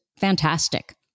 fantastic